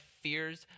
fears